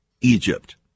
Egypt